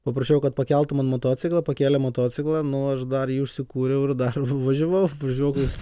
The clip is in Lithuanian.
paprašiau kad pakeltų man motociklą pakėlė motociklą nu aš dar jį užsikūriau ir dar užvažiavau nežinau kokius